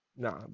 No